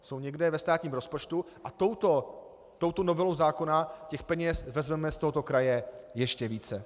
Jsou někde ve státním rozpočtu a touto novelou zákona těch peněz vezmeme z tohoto kraje ještě více.